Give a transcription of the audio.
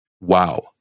wow